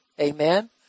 amen